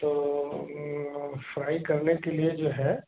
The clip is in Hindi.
तो फ्राई करने के लिए जो है